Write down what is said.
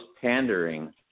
pandering